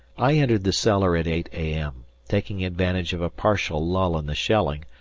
i entered the cellar at eight a m, taking advantage of a partial lull in the shelling,